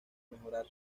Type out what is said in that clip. mejorar